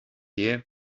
year